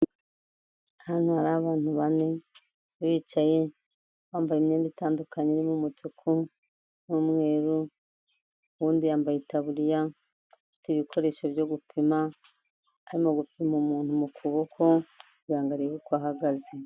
Hano hariho abantu bane bicaye bambaye imyenda itandukanye irimo umutuku n'umweru, uwundi yambaye itaburiya afite ibikoresho byo gupima, arimo gupima umuntu mu kuboko kugira ngo arebe uko ahagaze.